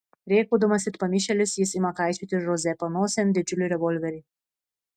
rėkaudamas it pamišėlis jis ima kaišioti žoze panosėn didžiulį revolverį